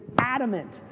adamant